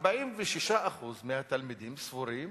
46% מהתלמידים סבורים